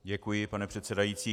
Děkuji, pane předsedající.